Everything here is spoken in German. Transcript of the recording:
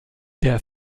der